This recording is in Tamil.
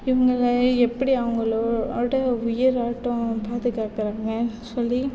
இவங்களை எப்படி அவங்களோட உயிராட்டம் பாதுகாக்கிறாங்கன்னு சொல்லி